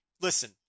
Listen